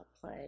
play